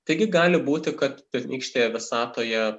taigi gali būti kad pirmykštėje visatoje